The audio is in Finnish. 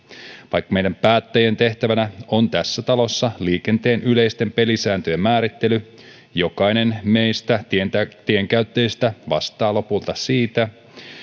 vaikka meidän päättäjien tehtävänä on tässä talossa liikenteen yleisten pelisääntöjen määrittely niin jokainen meistä tienkäyttäjistä vastaa lopulta siitä